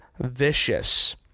Vicious